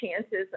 chances